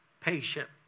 patient